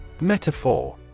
Metaphor